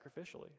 sacrificially